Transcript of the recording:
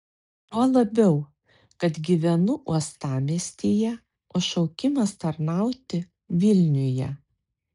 tuo labiau kad gyvenu uostamiestyje o šaukimas tarnauti vilniuje